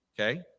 Okay